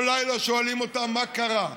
כל לילה שואלים אותם מה קרה.